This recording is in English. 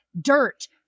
dirt